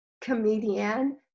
comedian